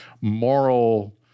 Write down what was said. moral